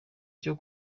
cyo